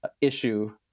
issue